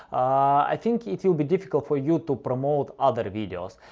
i think it will be difficult for you to promote other videos,